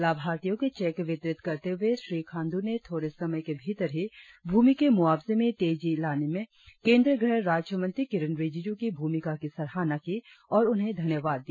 लाभार्थियों को चेक वितरित करते हुए श्री खांडू ने थोड़े समय के भीतर ही भूमि के मुआवजे में तेजी लाने में केंद्रीय गृह राज्य मंत्री किरेन रिजिजू की भूमिका की सराहना की और उन्हें धन्यवाद दिया